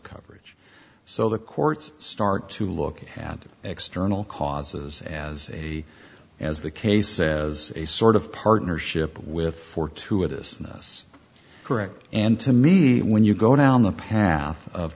coverage so the courts start to look at hand external causes as a as the case as a sort of partnership with fortuitous ness correct and to me when you go down the path of